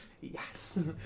Yes